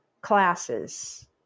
classes